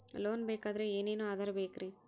Loan ಬೇಕಾದ್ರೆ ಏನೇನು ಆಧಾರ ಬೇಕರಿ?